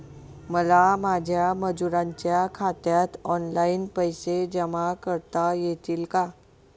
मला माझ्या मजुरांच्या खात्यात ऑनलाइन पैसे जमा करता येतील का?